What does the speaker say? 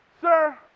sir